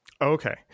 Okay